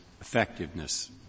effectiveness